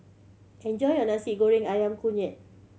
enjoy your Nasi Goreng Ayam Kunyit